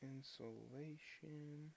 Insulation